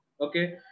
okay